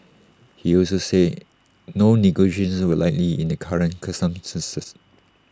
he also said no negotiations were likely in the current circumstances